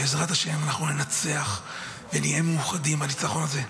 בעזרת השם, אנחנו ננצח ונהיה מאוחדים בניצחון הזה.